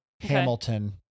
Hamilton